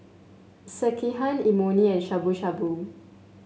Sekihan Imoni and Shabu Shabu